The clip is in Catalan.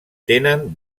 tenen